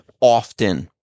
often